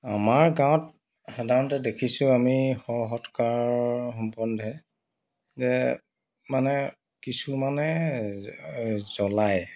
আমাৰ গাঁৱত সাধাৰণতে দেখিছো আমি শ সৎকাৰ সম্বন্ধে মানে কিছুমানে জ্বলায়